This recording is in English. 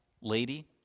lady